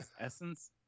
essence